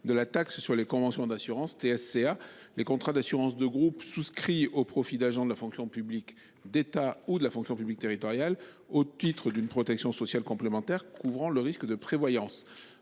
spéciale sur les conventions d’assurances (TSCA) les contrats d’assurance de groupe souscrits au profit d’agents de la fonction publique d’État ou territoriale au titre d’une protection sociale complémentaire couvrant le risque de prévoyance.